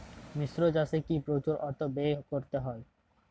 মিশ্র চাষে কি প্রচুর অর্থ ব্যয় করতে হয়?